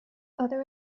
other